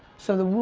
so the rule,